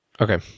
Okay